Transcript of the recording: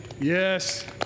Yes